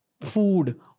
food